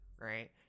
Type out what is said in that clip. right